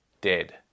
dead